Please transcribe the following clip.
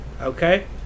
Okay